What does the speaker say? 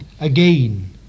again